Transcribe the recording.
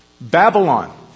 Babylon